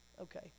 Okay